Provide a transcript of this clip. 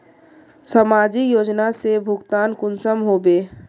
समाजिक योजना से भुगतान कुंसम होबे?